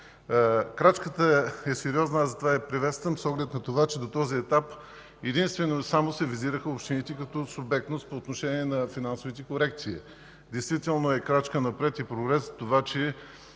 Крачката е сериозна. Затова я приветствам с оглед на това, че до този етап единствено общините се визираха като субектност по отношение на финансовите корекции. Действително е крачка напред и прогрес това, че